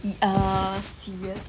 e~ err serious